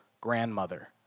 grandmother